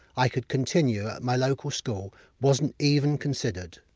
i could continue at my local school wasn't even considered.